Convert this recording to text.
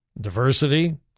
Diversity